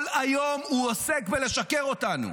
כל היום הוא עוסק בלשקר אותנו,